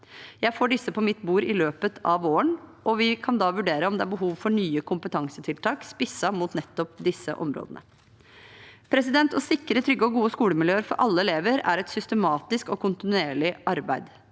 Jeg får disse på mitt bord i løpet av våren, og vi kan da vurdere om det er behov for nye kompetansetiltak spisset mot nettopp disse områdene. Å sikre trygge og gode skolemiljø for alle elever er et systematisk og kontinuerlig arbeid.